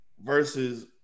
versus